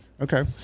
Okay